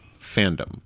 fandom